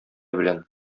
белән